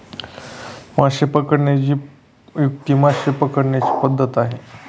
मासे पकडण्याची युक्ती मासे पकडण्याची पद्धत आहे